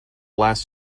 last